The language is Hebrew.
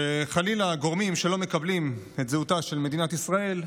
שחלילה שגורמים שלא מקבלים את זהותה של מדינת ישראל,